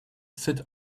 sit